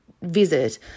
visit